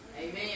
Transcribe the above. Amen